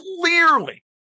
clearly